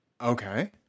okay